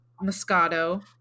Moscato